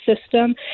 system